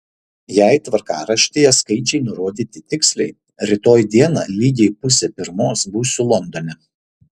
jei tvarkaraštyje skaičiai nurodyti tiksliai rytoj dieną lygiai pusę pirmos būsiu londone